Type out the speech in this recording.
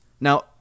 Now